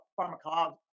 pharmacology